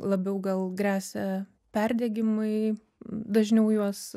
labiau gal gresia perdegimai dažniau juos